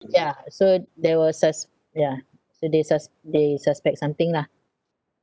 yeah so they were sus~ yeah so they sus~ they suspect something lah